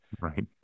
Right